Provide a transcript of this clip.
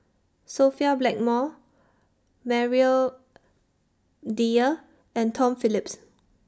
Sophia Blackmore Maria Dyer and Tom Phillips